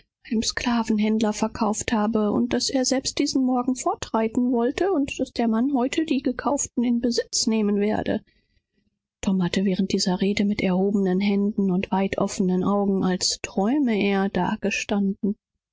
einen händler verkauft habe und daß er diesen morgen fort reiten wolle und daß der händler heut besitz ergreifen wolle tom hatte während dieser rede mit aufgehobenen händen und aufgerissenen augen wie ein träumender da gestanden